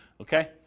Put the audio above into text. Okay